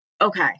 Okay